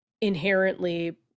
inherently